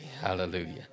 Hallelujah